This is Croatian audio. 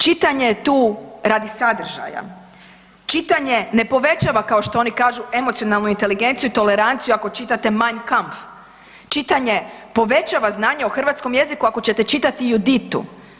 Čitanja je tu radi sadržaja, čitanje ne povećava kao što oni kažu emocionalnu inteligenciju i toleranciju ako čitate „Mein Kampf“, čitanje povećava znanje o hrvatskom jeziku ako ćete čitati „Juditu“